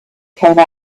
came